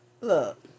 Look